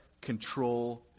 control